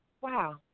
Wow